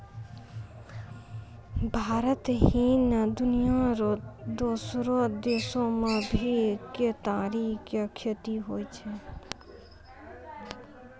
भारत ही नै, दुनिया रो दोसरो देसो मॅ भी केतारी के खेती होय छै